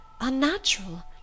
Unnatural